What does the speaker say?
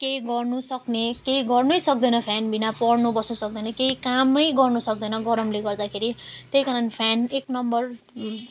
केही गर्नु सक्ने केही गर्नै सक्दैन फेनविना पढ्नु बस्नु सक्दैन केही काम गर्नु सक्दैन गरमले गर्दाखेरि त्यही कारण फेन एक नम्बर